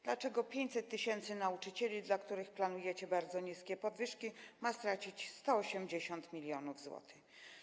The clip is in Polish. Dlaczego 500 tys. nauczycieli, dla których planujecie bardzo niskie podwyżki, ma stracić 180 mln zł?